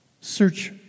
search